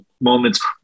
moments